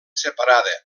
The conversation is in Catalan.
separada